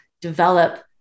develop